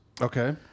Okay